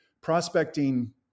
prospecting